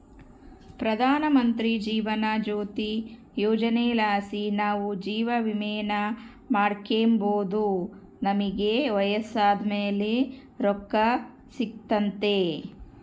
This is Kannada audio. ಪ್ರಧಾನಮಂತ್ರಿ ಜೀವನ ಜ್ಯೋತಿ ಯೋಜನೆಲಾಸಿ ನಾವು ಜೀವವಿಮೇನ ಮಾಡಿಕೆಂಬೋದು ನಮಿಗೆ ವಯಸ್ಸಾದ್ ಮೇಲೆ ರೊಕ್ಕ ಸಿಗ್ತತೆ